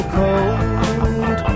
cold